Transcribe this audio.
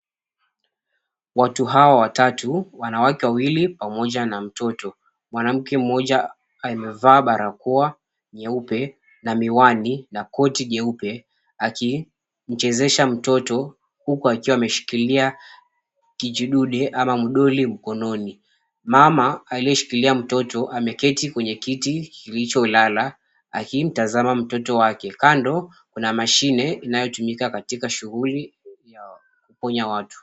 Watu hawa watatu, wanawake wawili pamoja na mtoto. Mwanamke mmoja amevaa barakoa nyeupe na miwani na koti jeupe, akimchezesha mtoto, huku akiwa ameshikilia kijidude ama mdoli mkononi. Mama aliyeshikilia mtoto, ameketi kwenye kiti kilicholala, akimtazama mtoto wake. Kando kuna mashine inayotumika katika shughuli ya kuponya watu.